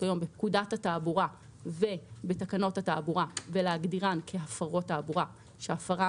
כיום בפקודת התעבורה ובתקנות התעבורה ולהגדירן כהפרות התעבורה; והפרה,